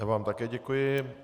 Já vám také děkuji.